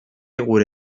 gure